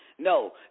No